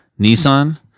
Nissan